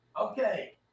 okay